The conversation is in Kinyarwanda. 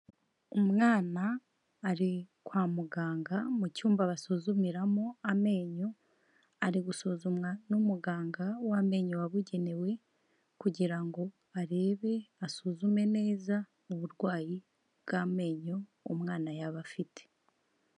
Umwana ari kwa muganga mu cyumba basuzumiramo amenyo ari gusuzumwa n'umuganga w'amenyo wabugenewe kugira ngo arebe asuzume neza uburwayi bw'amenyo umwana yaba afite.